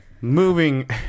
moving